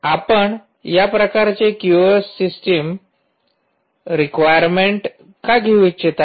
आपण या प्रकारचे क्युओस सिस्टम रिक्वायरमेंट का घेऊ इच्छिता